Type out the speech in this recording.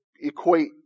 equate